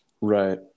Right